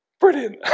Brilliant